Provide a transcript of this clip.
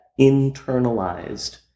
internalized